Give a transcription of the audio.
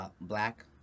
Black